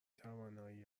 توانایی